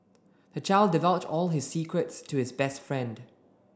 the child divulged all his secrets to his best friend